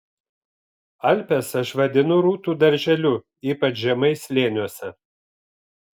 alpes aš vadinu rūtų darželiu ypač žemai slėniuose